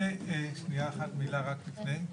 שנייה אחת, מילה רק לפני.